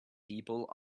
people